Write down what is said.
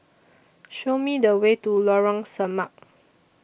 Show Me The Way to Lorong Samak